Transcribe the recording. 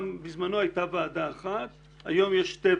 בזמנו הייתה ועדה אחת והיום יש שתי ועדות.